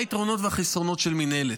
מה היתרונות והחסרונות של מינהלת?